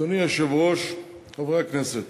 אדוני היושב-ראש, חברי הכנסת,